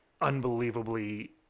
unbelievably